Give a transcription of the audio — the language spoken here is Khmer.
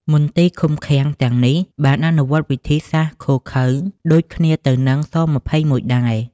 មន្ទីរឃុំឃាំងទាំងនេះបានអនុវត្តវិធីសាស្ត្រឃោរឃៅដូចគ្នាទៅនឹង ស-២១ ដែរ។